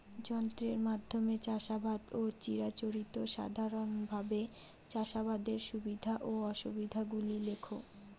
যন্ত্রের মাধ্যমে চাষাবাদ ও চিরাচরিত সাধারণভাবে চাষাবাদের সুবিধা ও অসুবিধা গুলি লেখ?